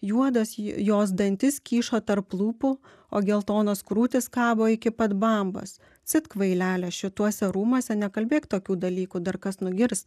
juodas jos dantis kyšo tarp lūpų o geltonos krūtys kabo iki pat bambos cit kvailele šituose rūmuose nekalbėk tokių dalykų dar kas nugirs